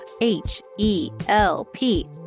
H-E-L-P